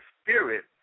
spirit